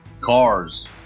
cars